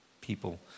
people